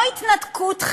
לא התנתקות,